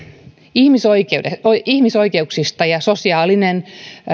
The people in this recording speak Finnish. ihmisoikeuksista sosiaalinen